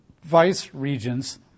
vice-regents